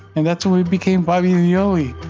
and that's when we became bobby and yoli